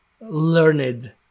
learned